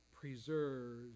preserves